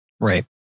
right